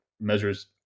measures